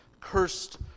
cursed